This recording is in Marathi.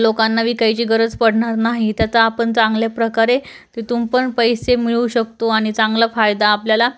लोकांना विकायची गरज पडणार नाही त्याचा आपण चांगल्या प्रकारे तिथून पण पैसे मिळवू शकतो आणि चांगला फायदा आपल्याला